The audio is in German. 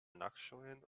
nachschauen